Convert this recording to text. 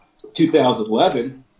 2011